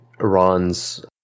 Iran's